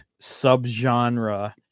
subgenre